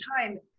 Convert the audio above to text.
time